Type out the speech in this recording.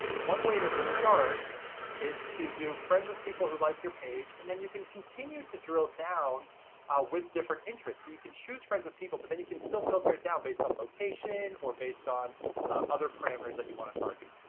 one way to start is to do friends of people who like your page and then you can continue to drill down with different interests. so you can choose friends of people but then you can still filter it down based on location or based on other primaries that you wanna target.